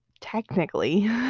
Technically